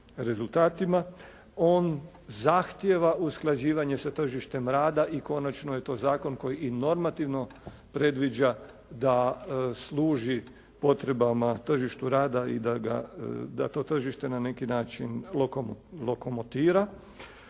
rezultatima. On zahtijeva usklađivanje sa tržištem rada i konačno je to zakon koji i normativno predviđa da služi potrebama tržištu rada i da to tržište na neki način lokomotira.